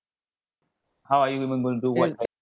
how are you even going to do what